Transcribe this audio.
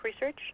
research